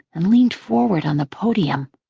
and leaned forward on the podium.